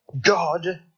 God